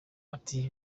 ati